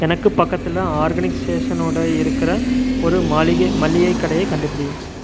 எனக்கு பக்கத்தில் ஆர்கானிக் சேஷனோட இருக்கிற ஒரு மாளிகை மளிகைக் கடையைக் கண்டுபிடி